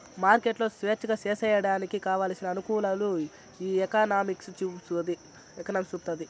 మార్కెట్లు స్వేచ్ఛగా సేసేయడానికి కావలసిన అనుకూలాలు ఈ ఎకనామిక్స్ చూపుతాది